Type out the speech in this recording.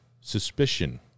suspicion